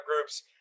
groups